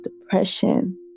depression